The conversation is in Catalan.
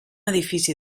edifici